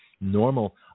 normal